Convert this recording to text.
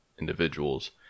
individuals